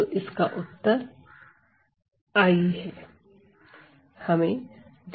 तो इसका उत्तर I है